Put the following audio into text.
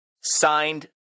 signed